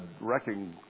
wrecking